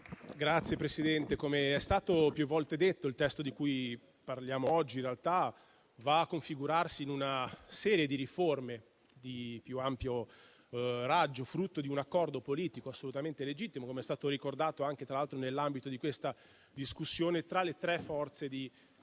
Signor Presidente, come è stato più volte detto, il testo di cui parliamo oggi in realtà va a configurarsi in una serie di riforme di più ampio raggio, frutto di un accordo politico assolutamente legittimo, come è stato ricordato, tra l'altro, nell'ambito di questa discussione, tra le tre forze più